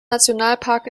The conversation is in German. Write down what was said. nationalpark